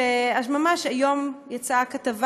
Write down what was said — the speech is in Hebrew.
ממש היום יצאה הכתבה,